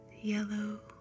yellow